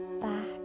back